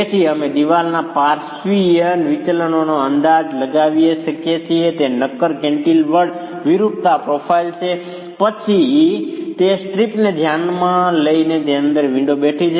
તેથી અમે દિવાલના પાર્શ્વીય વિચલનોનો અંદાજ લગાવી શકીએ છીએ કે તે નક્કર કેન્ટિલિવર્ડ વિરૂપતા પ્રોફાઇલ છે પછી તે સ્ટ્રીપને ધ્યાનમાં લઈએ જેની અંદર વિન્ડો બેઠી છે